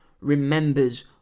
remembers